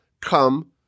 come